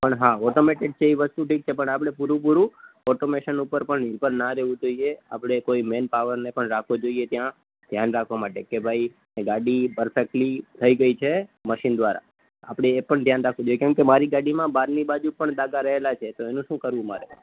પણ હા ઑટોમેટિક છે એ વસ્તુ ઠીક છે પણ આપણે પૂરેપૂરું ઑટોમેશન ઉપર પણ નિર્ભર ના રહેવું જોઈએ આપણે કોઈ મૅન પાવરને પણ રાખવો જોઈએ ત્યાં ધ્યાન રાખવા માટે કે ભાઈ ગાડી પરફેકટલી થઇ ગઈ છે મશીન દ્વારા આપણે એ પણ ધ્યાન રાખવું જોઈએ કેમ કે મારી ગાડીમાં બહારની બાજુ પણ ડાઘ રહેલાં છે તો એનું શું કરવું મારે